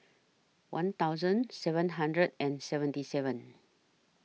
one thousand seven hundred and seventy seven